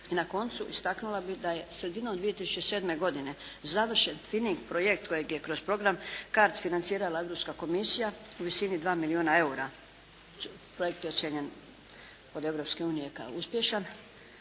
I na koncu istaknula bih da je sredinom 2007. godine završen fining projekt kojeg je kroz program CARDS financirala Europska komisija u visini od 2 milijuna eura. Projekt je ocijenjen od Europske